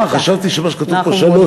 אה, חשבתי שמה שכתוב פה, שלוש, זה דקות.